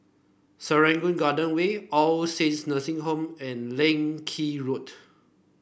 Serangoon Garden Way All Saints Nursing Home and Leng Kee Road